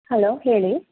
hello ಹೇಳಿ